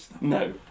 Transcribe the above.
no